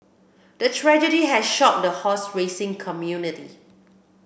the tragedy had shocked the horse racing community